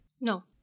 No